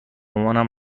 مامان